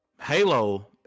Halo